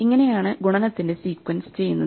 ഇങ്ങനെയാണ് ഗുണനത്തിന്റെ സീക്വൻസ് ചെയ്യുന്നത്